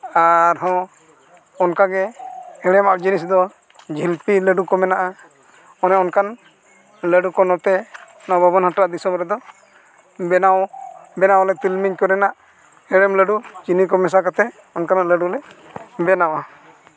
ᱟᱨ ᱦᱚᱸ ᱚᱱᱠᱟᱜᱮ ᱦᱮᱬᱮᱢᱟᱜ ᱡᱤᱱᱤᱥ ᱫᱚ ᱡᱷᱤᱞᱯᱤ ᱞᱟᱹᱰᱩ ᱠᱚ ᱢᱮᱱᱟᱜᱼᱟ ᱚᱱᱮ ᱚᱱᱠᱟᱱ ᱞᱟᱹᱰᱩ ᱠᱚ ᱱᱚᱛᱮ ᱱᱚᱣᱟ ᱵᱟᱵᱚᱱ ᱦᱟᱴᱟᱜ ᱫᱤᱥᱚᱢ ᱨᱮᱫᱚ ᱵᱮᱱᱟᱣ ᱵᱮᱱᱟᱣ ᱟᱞᱮ ᱛᱤᱞᱢᱤᱧ ᱠᱚᱨᱮᱱᱟᱜ ᱦᱮᱬᱮᱢ ᱞᱟᱹᱰᱩ ᱪᱤᱱᱤ ᱠᱚ ᱢᱮᱥᱟ ᱠᱟᱛᱮᱫ ᱚᱱᱠᱟᱱᱟᱜ ᱞᱟᱹᱰᱩᱞᱮ ᱵᱮᱱᱟᱣᱟ